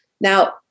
Now